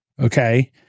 okay